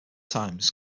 times